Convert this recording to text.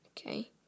Okay